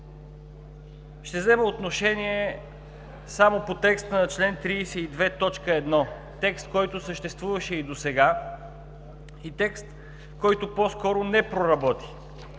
Ще взема отношение само по текста на чл. 32, т. 1 – текст, който съществуваше и досега и, който по-скоро не проработи.